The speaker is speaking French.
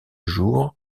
jour